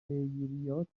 پیگیریات